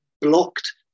blocked